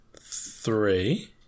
Three